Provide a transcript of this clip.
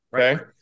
Okay